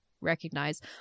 recognize